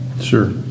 Sure